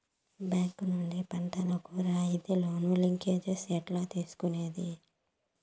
Bank నుండి పంటలు కు రాయితీ లోను, లింకేజస్ ఎట్లా తీసుకొనేది?